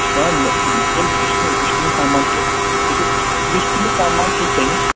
بہٕ چھُس دپان مےٚ تُل یُس تہِ یُس تہِ مےٚ سامان تُل سُہ چھُ یُس تہِ مےٚ سامان تُل ژےٚ نِش